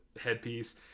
headpiece